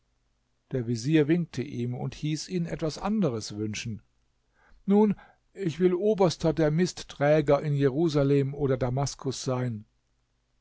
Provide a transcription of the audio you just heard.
der vezier winkte ihm und hieß ihn etwas anderes wünschen nun ich will oberster der mistträger in jerusalem oder damaskus sein